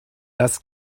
das